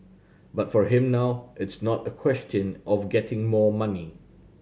but for him now it's not a question of getting more money